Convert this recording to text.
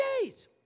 days